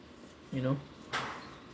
you know